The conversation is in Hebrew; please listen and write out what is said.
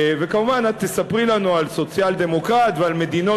וכמובן את תספרי לנו על סוציאל-דמוקרט ועל מדינות